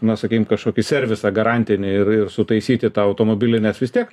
na sakykim kažkokį servisą garantinį ir ir sutaisyti tą automobilį nes vis tiek